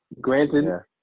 Granted